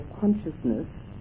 consciousness